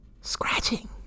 scratching